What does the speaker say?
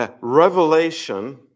Revelation